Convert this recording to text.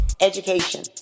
Education